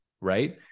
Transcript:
right